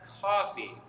coffee